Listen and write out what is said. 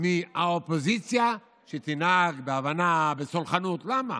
מהאופוזיציה שתנהג בהבנה, בסלחנות, למה?